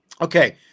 Okay